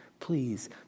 Please